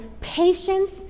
patience